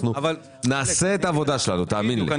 אנחנו נעשה את העבודה שלנו, האמן לי.